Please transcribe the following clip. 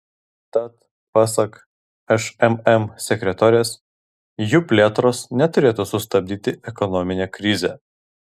tad pasak šmm sekretorės jų plėtros neturėtų sustabdyti ekonominė krizė